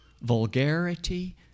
vulgarity